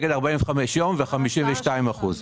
נגד ה-45 ימים ו-52 אחוזים.